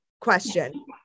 question